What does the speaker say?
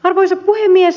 arvoisa puhemies